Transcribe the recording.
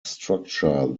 structure